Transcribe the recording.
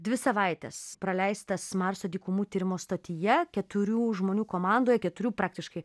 dvi savaites praleistas marso dykumų tyrimo stotyje keturių žmonių komandoje keturių praktiškai